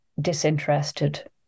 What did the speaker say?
disinterested